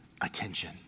attention